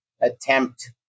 attempt